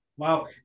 Wow